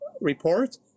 report